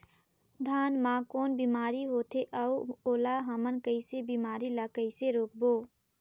धान मा कौन बीमारी होथे अउ ओला हमन कइसे बीमारी ला कइसे रोकबो?